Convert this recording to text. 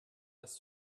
das